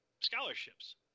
scholarships